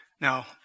Now